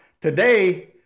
today